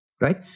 right